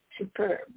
superb